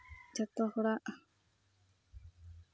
ᱡᱚᱛᱚ ᱦᱚᱲᱟᱜ